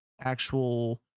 actual